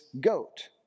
goat